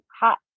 Hot